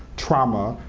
trauma,